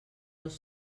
dos